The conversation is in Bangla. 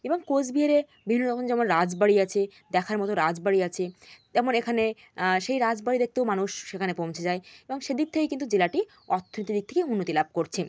এবং কোচবিহারে বিভিন্ন রকম যেমন রাজবাড়ি আছে দেখার মতো রাজবাড়ি আছে তেমন এখানে সেই রাজবাড়ি দেখতেও মানুষ সেখানে পৌঁছে যায় এবং সেদিক থেকে কিন্তু জেলাটি অর্থনৈতিক দিক থেকে উন্নতি লাভ করছেন